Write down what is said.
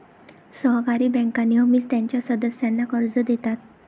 सहकारी बँका नेहमीच त्यांच्या सदस्यांना कर्ज देतात